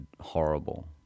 horrible